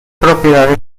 propiedades